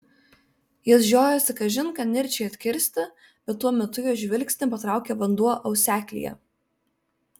jis žiojosi kažin ką nirčiai atkirsti bet tuo metu jo žvilgsnį patraukė vanduo auseklyje